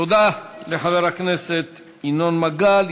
תודה לחבר הכנסת ינון מגל.